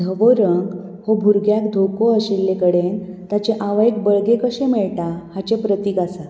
धवो रंग हो भुरग्याक धोको आशिल्ले कडेन ताचे आवयक बळगें कशें मेळटा हाचें प्रतिक आसा